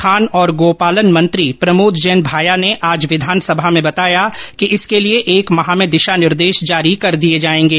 खान और गोपालन मंत्री प्रमोद जैन भाया ने आज विधानसभा में बताया कि इसके लिए एक माह में दिशा निर्देश जारी कर दिये जायेंगे